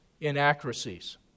inaccuracies